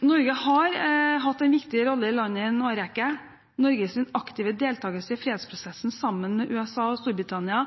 Norge har hatt en viktig rolle i landet i en årrekke. Norges aktive deltakelse i fredsprosessen sammen med USA og Storbritannia